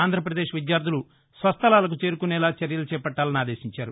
ఆంధ్రప్రదేశ్ విద్యార్దలు స్వస్థలాలకు చేరుకునేలా చర్యలు చేపట్టాలని ఆదేశించారు